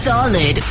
Solid